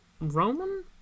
Roman